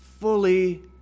fully